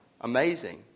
amazing